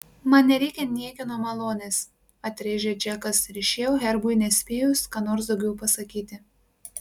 man nereikia niekieno malonės atrėžė džekas ir išėjo herbui nespėjus ką nors daugiau pasakyti